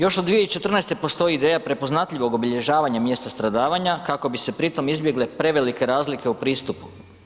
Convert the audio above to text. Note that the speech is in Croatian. Još od 2014. postoji ideja prepoznatljivog obilježavanja mjesta stradavanja kako bi se pri tom izbjegle prevelike razlike u pristupu.